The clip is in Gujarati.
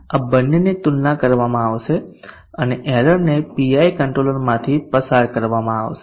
આ બંનેની તુલના કરવામાં આવશે અને એરર ને PI કંટ્રોલરમાંથી પસાર કરવામાં આવશે